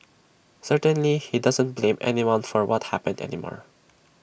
certainly he doesn't blame anyone for what happened anymore